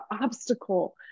obstacle